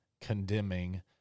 condemning